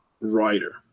writer